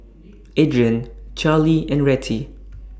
Adrianne Charley and Rettie